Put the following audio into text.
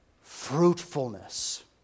Fruitfulness